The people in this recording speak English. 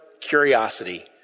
curiosity